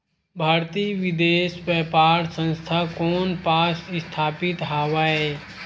भारतीय विदेश व्यापार संस्था कोन पास स्थापित हवएं?